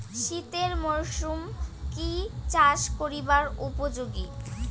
শীতের মরসুম কি চাষ করিবার উপযোগী?